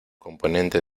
componente